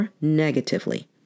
negatively